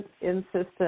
insistent